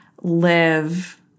live